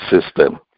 system